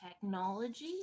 technology